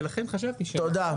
ולכן חשבתי --- תודה.